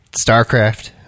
StarCraft